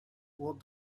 what